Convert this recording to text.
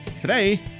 Today